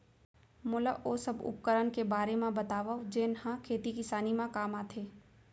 मोला ओ सब उपकरण के बारे म बतावव जेन ह खेती किसानी म काम आथे?